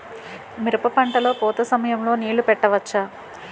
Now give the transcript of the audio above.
మిరప పంట లొ పూత సమయం లొ నీళ్ళు పెట్టవచ్చా?